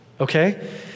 Okay